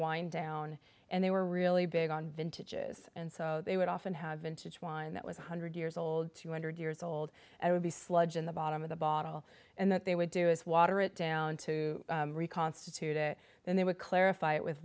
wine down and they were really big on vintages and so they would often have been to one that was one hundred years old two hundred years old it would be sludge in the bottom of the bottle and that they would do is water it down to reconstitute it then they would clarify it with